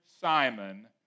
Simon